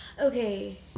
Okay